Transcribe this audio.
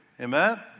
Amen